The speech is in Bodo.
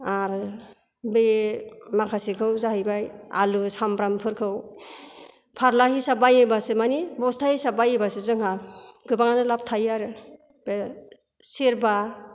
आरो बे माखासेखौ जाहैबाय आलु सामब्रामफोरखौ फारला हिसाब बायोबासो माने बस्था हिसाब बायोबासो जोंहा गोबाङानो लाब थायो आरो दा सेरबा